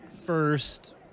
first